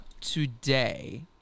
today